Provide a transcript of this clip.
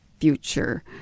future